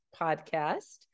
podcast